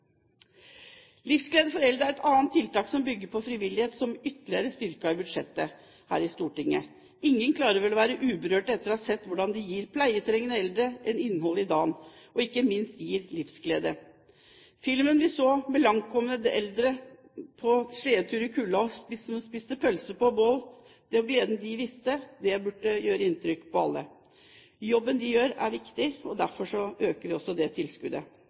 Livsglede for Eldre er et annet tiltak som bygger på frivillighet, og som er ytterligere styrket i budsjettet her i Stortinget. Ingen klarer vel å være uberørt etter å ha sett hvordan de gir pleietrengende eldre et innhold i dagen, og ikke minst gir livsglede. Filmen vi så, der eldre med langtkommen demens var på sledetur i kulda og spiste pølser stekt på bål, og den gleden de viste, burde gjøre inntrykk på alle. Jobben de gjør, er viktig, og derfor øker vi også det tilskuddet.